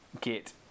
get